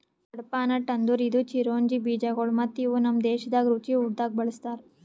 ಕಡ್ಪಾಹ್ನಟ್ ಅಂದುರ್ ಇದು ಚಿರೊಂಜಿ ಬೀಜಗೊಳ್ ಮತ್ತ ಇವು ನಮ್ ದೇಶದಾಗ್ ರುಚಿ ಊಟ್ದಾಗ್ ಬಳ್ಸತಾರ್